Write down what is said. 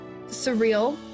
surreal